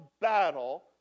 battle